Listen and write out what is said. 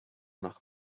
nach